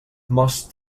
must